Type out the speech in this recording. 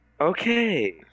Okay